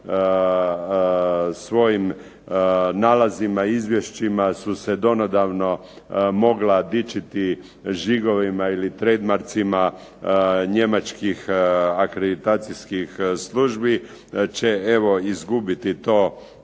svojim nalazima, izvješćima su se donedavno mogla dičiti žigovima ili trademarksima njemačkih akreditacijskih službi, će evo izgubiti to,